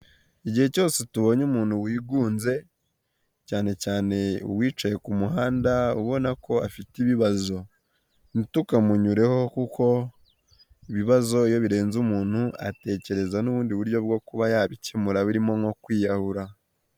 Igihe cyose tubonye umuntu wigunze cyane cyane uwicaye ku muhanda ubona ko afite ibibazo, ntitukamunyureho kuko ibibazo iyo birenze umuntu atekereza n'ubundi buryo bwo kuba yabikemura birimo nko kwiyahura.